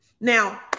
Now